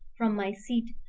from my seat,